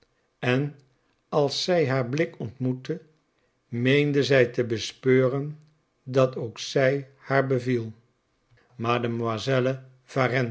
en als zij haar blik ontmoette meende zij te bespeuren dat ook zij haar beviel mademoiselle